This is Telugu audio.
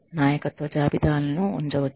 నాయకత్వ జాబితాలను ఉంచవచ్చు